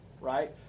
right